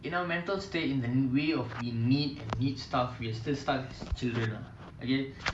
idea of I die then you need to die together with me